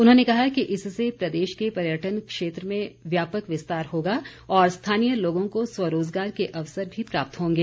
उन्होंने कहा कि इससे प्रदेश के पर्यटन क्षेत्र में व्यापक विस्तार होगा और स्थानीय लोगों को स्वरोजगार के अवसर भी प्राप्त होंगे